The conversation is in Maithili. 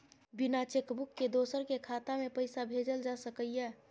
बिना चेक बुक के दोसर के खाता में पैसा भेजल जा सकै ये?